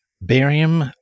barium